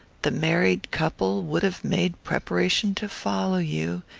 the married couple would have made preparation to follow you,